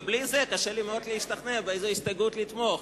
ובלי זה קשה לי מאוד להשתכנע באיזו הסתייגות לתמוך.